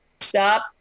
stop